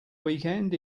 weekend